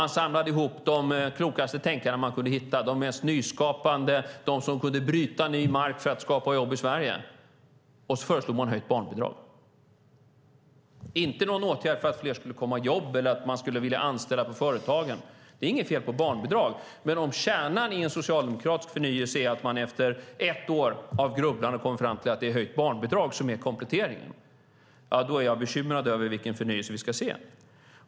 Ni samlade ihop de klokaste tänkarna ni kunde hitta, de mest nyskapande, de som kunde bryta ny mark för att skapa jobb i Sverige, och så föreslog ni höjt barnbidrag. Ni föreslog ingen åtgärd för att fler skulle komma i jobb eller för att företagen skulle vilja anställa. Det är inget fel på barnbidrag, men om kärnan i en socialdemokratisk förnyelse efter ett år av grubblande är att det är höjt barnbidrag som är kompletteringen är jag bekymrad över vilken förnyelse vi ska se.